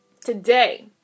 Today